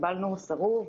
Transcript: קיבלנו סירוב.